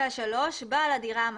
(3) בעל הדירה המתקין,